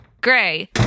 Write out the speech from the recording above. Gray